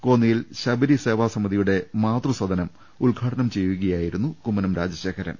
കോന്നിയിൽ ശബരിസേവാ സമിതിയുടെ മാതൃസദനം ഉദ്ഘാടനം ചെയ്യുകയായിരുന്നു കുമ്മനം രാജശേഖരൻ